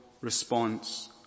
response